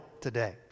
today